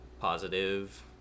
positive